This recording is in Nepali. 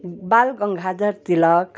बाल गङ्गाधर तिलक